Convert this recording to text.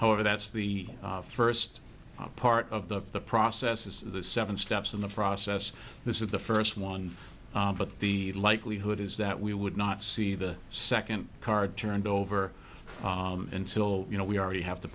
however that's the first part of the process is the seven steps in the process this is the first one but the likelihood is that we would not see the second card turned over until you know we already have to